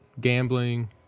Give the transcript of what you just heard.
gambling